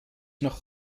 noch